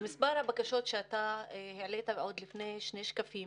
מספר הבקשות שאתה העלית עוד לפני שני שקפים,